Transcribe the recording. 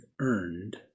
earned